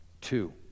Two